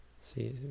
See